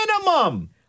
Minimum